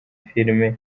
film